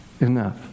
enough